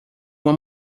uma